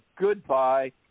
goodbye